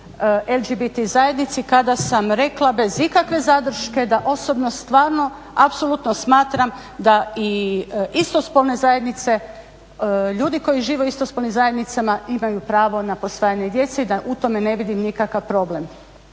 LGBT zajednici kada sam rekla da bez ikakve zadrške da osobno stvarno apsolutno smatram da istospolne zajednice, ljudi koji žive u istospolnim zajednicama imaju pravo na posvajanje djece i da u tome ne vidim nikakav problem.